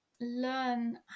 learn